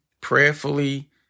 Prayerfully